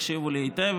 תקשיבו לי היטב,